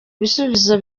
ibisubizo